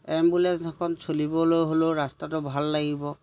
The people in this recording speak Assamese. এম্বুলেঞ্চ এখন চলিবলৈ হ'লেও ৰাস্তাটো ভাল লাগিব